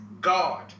God